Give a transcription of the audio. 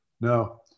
No